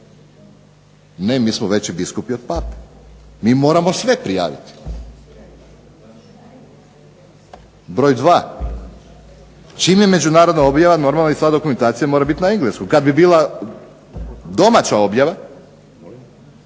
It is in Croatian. Ne mi smo veći biskupi od Pape. Mi moramo sve prijaviti. Broj 2, čim je međunarodna objava normalno i sva dokumentacija mora biti na engleskom. Kad bi bila domaća objava